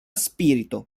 spirito